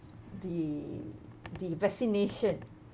the the vaccination